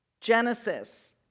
Genesis